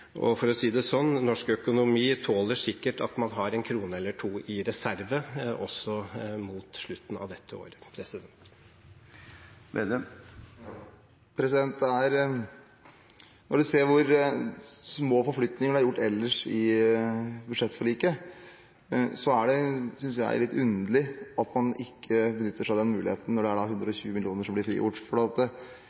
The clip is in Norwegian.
– for å si det sånn – norsk økonomi tåler sikkert at man har en krone eller to i reserve også mot slutten av dette året. Når man ser hvor små forflytninger det er gjort ellers i budsjettforliket, er det, synes jeg, litt underlig at man ikke benytter seg av den muligheten når det er 120 mill. kr som blir frigjort.